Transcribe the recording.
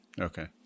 Okay